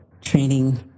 training